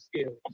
skills